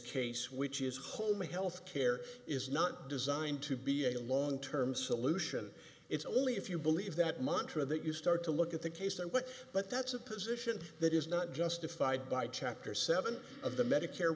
case which is home health care is not designed to be a long term solution it's only if you believe that montreux that you start to look at the case that what but that's a position that is not justified by chapter seven of the medicare